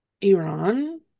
Iran